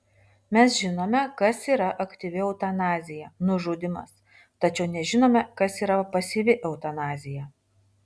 mes žinome kas yra aktyvi eutanazija nužudymas tačiau nežinome kas yra pasyvi eutanazija